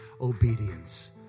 obedience